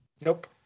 Nope